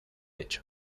hecho